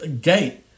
gate